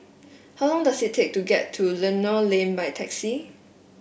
how long does it take to get to Lentor Lane by taxi